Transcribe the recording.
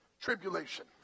tribulation